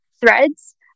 threads